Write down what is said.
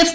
F